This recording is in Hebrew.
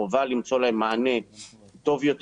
חובה למצוא להם מענה טוב יותר.